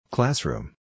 Classroom